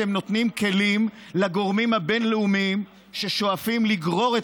אתם נותנים כלים לגורמים הבין-לאומיים ששואפים לגרור את